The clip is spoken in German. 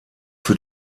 für